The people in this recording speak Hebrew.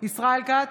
ישראל כץ,